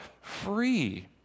free